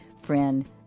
friend